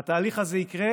התהליך הזה יקרה